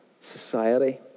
society